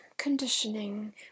conditioning